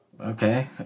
okay